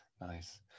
Nice